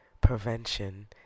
prevention